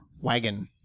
Wagon